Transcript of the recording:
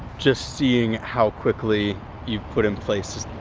just seeing how quickly you put in place just,